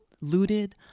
looted